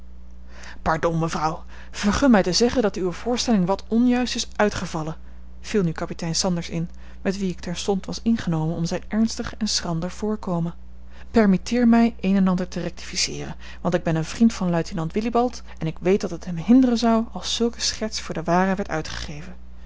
pardon mevrouw vergun mij te zeggen dat uwe voorstelling wat onjuist is uitgevallen viel nu kapitein sanders in met wien ik terstond was ingenomen om zijn ernstig en schrander voorkomen permitteer mij een en ander te rectificeeren want ik ben een vriend van luitenant wilibald en ik weet dat het hem hinderen zou als zulke scherts voor de ware werd uitgegeven